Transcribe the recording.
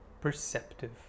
perceptive